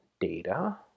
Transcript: data